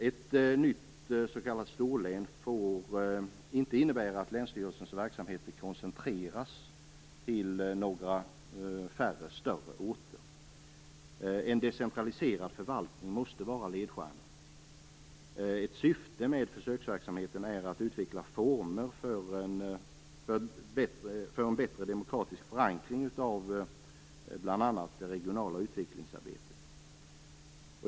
Ett nytt s.k. storlän får inte innebära att länsstyrelsens verksamhet koncentreras till några färre större orter. En decentraliserad förvaltning måste vara ledstjärnan. Ett syfte med försöksverksamheten är att utveckla former för en bättre demokratisk förankring av bl.a. det regionala utvecklingsarbetet.